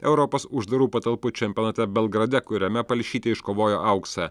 europos uždarų patalpų čempionate belgrade kuriame palšytė iškovojo auksą